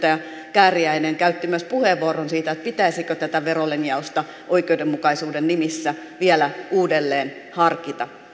kääriäinen käytti myös puheenvuoron siitä pitäisikö tätä verolinjausta oikeudenmukaisuuden nimessä vielä uudelleen harkita